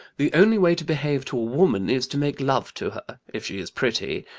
the only way to behave to a woman is to make love to her, if she is pretty,